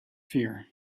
fear